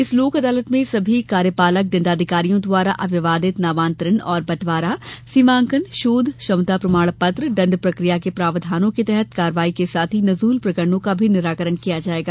इस लोक अदालत में सभी कार्यपालक दंडाधिकारियों द्वारा अविवादित नामांतरण और बँटवारा सीमांकन शोध क्षमता प्रमाण पत्र दंड प्रक्रिया के प्रावधानों के तहत कार्रवाई के साथ ही नजूल प्रकरणों का भी निराकरण किया जाएगा